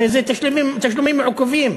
הרי אלה תשלומים מעוכבים,